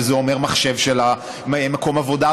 שזה אומר מחשב של מקום העבודה,